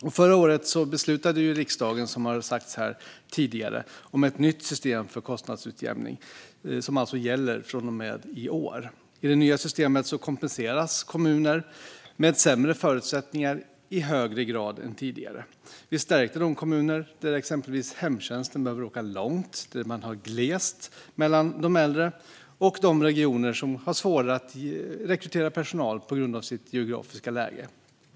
Som har sagts här tidigare beslutade riksdagen förra året om ett nytt system för kostnadsutjämning, som gäller från och med i år. I det nya systemet kompenseras kommuner med sämre förutsättningar i högre grad än tidigare. Vi stärker de kommuner där exempelvis hemtjänsten behöver åka långt därför att det är glest mellan de äldre och de regioner som har svårare att rekrytera personal på grund av sitt geografiska läge.